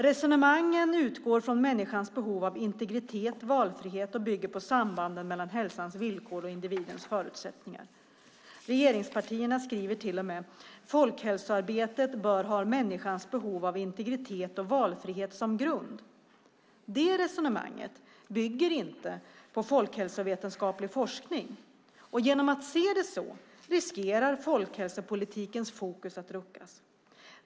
Resonemangen utgår från människans behov av integritet och valfrihet och bygger på sambandet mellan hälsans villkor och individens förutsättningar. Regeringspartierna skriver till och med: "Folkhälsoarbetet bör ha människans behov av integritet och valfrihet som grund." Det resonemanget bygger inte på folkhälsovetenskaplig forskning, och genom att se det så riskerar folkhälsopolitikens fokus att ruckas.